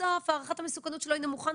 בסוף הערכת המסוכנות שלו היא נמוכה,